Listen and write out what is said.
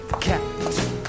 cat